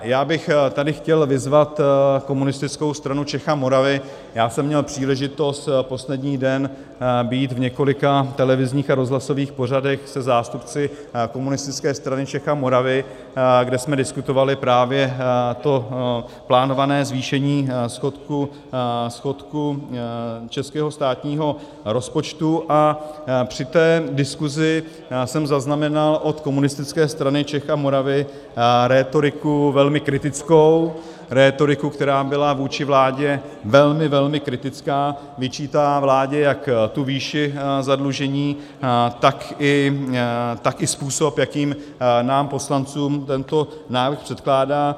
Já bych tady chtěl vyzvat Komunistickou stranu Čech a Moravy já jsem měl příležitost poslední den být v několika televizních a rozhlasových pořadech se zástupci Komunistické strany Čech a Moravy, kde jsme diskutovali právě to plánované zvýšení schodku českého státního rozpočtu, a při té diskuzi jsem zaznamenal od Komunistické strany Čech a Moravy rétoriku velmi kritickou, rétoriku, která byla vůči vládě velmi, velmi kritická, vyčítala vládě jak tu výši zadlužení, tak i způsob, jakým nám poslancům tento návrh předkládá.